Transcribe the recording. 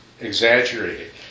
exaggerated